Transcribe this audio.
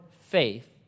faith